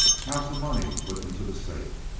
how's the money put into the safe?